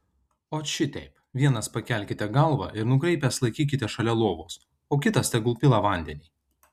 ot šiteip vienas pakelkite galvą ir nukreipęs laikykite šalia lovos o kitas tegul pila vandenį